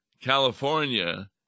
California